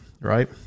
Right